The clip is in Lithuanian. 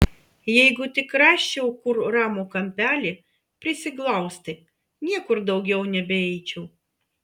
jeigu tik rasčiau kur ramų kampelį prisiglausti niekur daugiau nebeeičiau